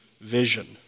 vision